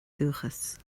dúchas